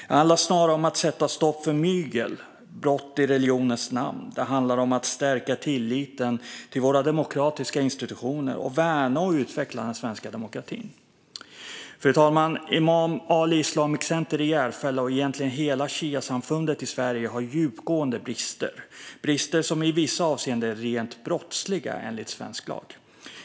Det handlar snarare om att sätta stopp för mygel och brott i religionens namn. Det handlar om att stärka tilliten till våra demokratiska institutioner och värna och utveckla den svenska demokratin. Fru talman! Imam Ali Islamic Center i Järfälla och egentligen hela shiasamfundet i Sverige har djupgående brister som i vissa avseenden är rent brottsliga enligt svensk lag.